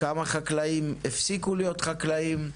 כמה חקלאים הפסיקו להיות חקלאים?